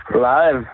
Live